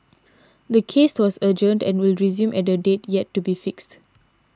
the case was adjourned and will resume at a date yet to be fixed